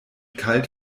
kalt